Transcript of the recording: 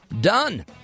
done